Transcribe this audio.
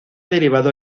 derivado